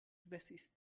wessis